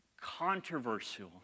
controversial